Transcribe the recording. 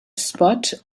spot